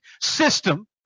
system